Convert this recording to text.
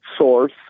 source